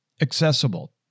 accessible